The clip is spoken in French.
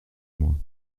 moins